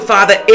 Father